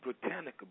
Britannica